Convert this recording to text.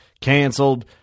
canceled